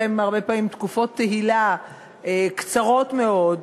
הרבה פעמים יש להם תקופות תהילה קצרות מאוד,